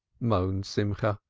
moaned simcha,